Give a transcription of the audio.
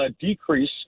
decrease